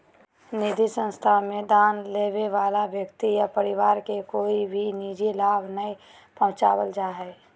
निधि संस्था मे दान देबे वला व्यक्ति या परिवार के कोय भी निजी लाभ नय पहुँचावल जा हय